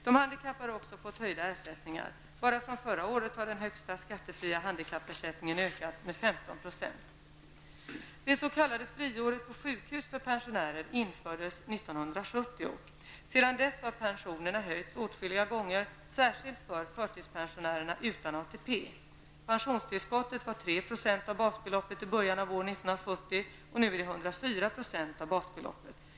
De handikappade har också fått höjda ersättningar. Bara från förra året har den högsta skattefria handikappersättningen ökat med 15 %. Det s.k. friåret på sjukhus för pensionärer infördes år 1970. Sedan dess har pensionerna höjts åtskilliga gånger, särskilt för förtidspensionärerna utan ATP. Pensionstillskottet var 3 % av basbeloppet i början av år 1970, och nu är det 104 % av basbeloppet.